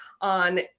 on